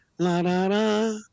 La-da-da